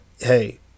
Hey